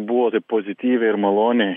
buvo taip pozityviai ir maloniai